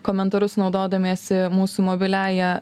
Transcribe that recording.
komentarus naudodamiesi mūsų mobiliąja